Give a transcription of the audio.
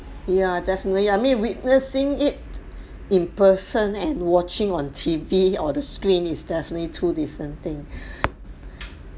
yeah definitely I mean witnessing it in person and watching on T_V or the screen is definitely two different thing